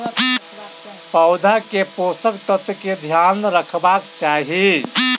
पौधा के पोषक तत्व के ध्यान रखवाक चाही